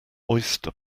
oyster